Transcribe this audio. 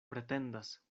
pretendas